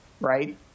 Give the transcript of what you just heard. Right